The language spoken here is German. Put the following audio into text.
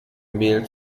mehl